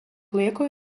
laiko